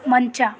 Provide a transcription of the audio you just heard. ಮಂಚ